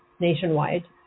nationwide